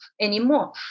anymore